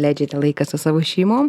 leidžiate laiką su savo šeimom